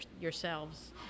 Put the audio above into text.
yourselves